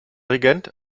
regent